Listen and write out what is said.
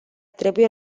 trebuie